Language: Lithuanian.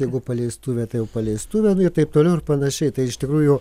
jeigu paleistuvė tai jau paleistuvė nu ir taip toliau ir panašiai tai iš tikrųjų